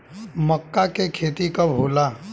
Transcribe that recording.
मक्का के खेती कब होला?